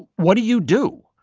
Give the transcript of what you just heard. what do you do?